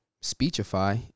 speechify